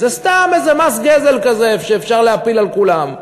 זה סתם איזה מס גזל כזה שאפשר להפיל על כולם.